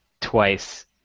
twice